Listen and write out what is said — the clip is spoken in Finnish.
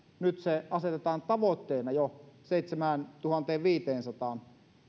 nyt se asetetaan jo tavoitteena seitsemääntuhanteenviiteensataan